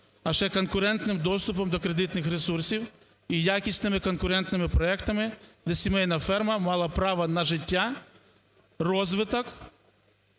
а ще конкурентним доступом до кредитних ресурсів і якісними конкурентними проектами, де сімейна ферма мала право на життя, розвиток.